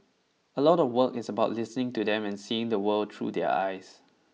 a lot of work is about listening to them and seeing the world through their eyes